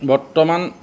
বৰ্তমান